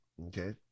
Okay